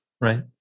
right